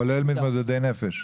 כולל מתמודדי נפש?